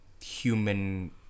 human